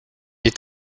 est